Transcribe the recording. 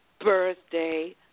birthday